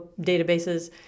databases